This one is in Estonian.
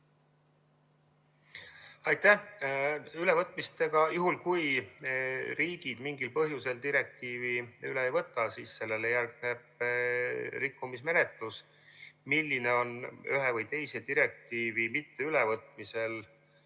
Aitäh! Juhul kui riigid mingil põhjusel direktiivi üle ei võta, siis sellele järgneb rikkumismenetlus. Milline on ühe või teise direktiivi mitteülevõtmisel